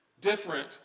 different